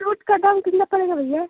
suit का दाम कितना पड़ेगा भैया